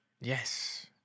Yes